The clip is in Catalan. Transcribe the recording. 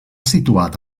situat